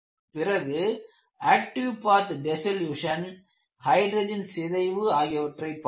பிறகு active path dissolution hydrogen சிதைவு ஆகியவற்றைப் பார்த்தோம்